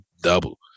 Double